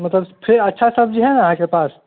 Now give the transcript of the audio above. मतलब फेर अच्छा सब्जी हइ नहि अहाँके पास